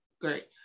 great